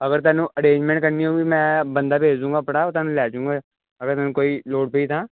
ਅਗਰ ਤੁਹਾਨੂੰ ਅਰੇਂਜਮੈਂਟ ਕਰਨੀ ਉਹ ਵੀ ਮੈਂ ਬੰਦਾ ਭੇਜ ਦਊਂਗਾ ਆਪਣਾ ਉਹ ਤੁਹਾਨੂੰ ਲੈ ਜਾਊਗਾ ਅਗਰ ਤੁਹਾਨੂੰ ਕੋਈ ਲੋੜ ਪਈ ਤਾਂ